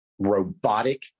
robotic